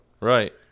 right